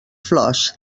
flors